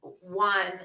one